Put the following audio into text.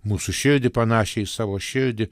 mūsų širdį panašią į savo širdį